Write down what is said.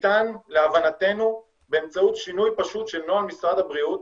ניתן להבנתנו באמצעות שינוי פשוט של נוהל משרד הבריאות,